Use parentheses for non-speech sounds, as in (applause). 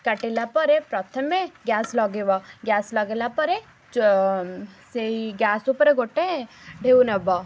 କାଟିଲା ପରେ ପ୍ରଥମେ ଗ୍ୟାସ୍ ଲଗେଇବ ଗ୍ୟାସ୍ ଲଗେଇଲା ପରେ (unintelligible) ସେଇ ଗ୍ୟାସ୍ ଉପରେ ଗୋଟେ ଢେଉ ନବ